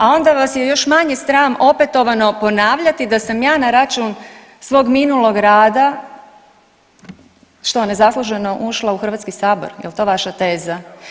A onda vas je još manje sram opetovano ponavljati da sam ja na račun svog minulog rada, što nezasluženo ušla u Hrvatski sabor, jel to vaša teza?